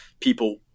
people